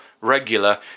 regular